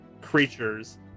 creatures